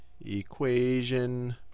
Equation